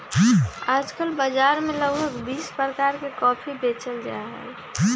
आजकल बाजार में लगभग बीस प्रकार के कॉफी बेचल जाहई